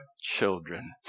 children